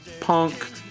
punk